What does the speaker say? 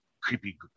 creepy